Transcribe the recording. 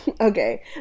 okay